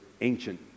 ancient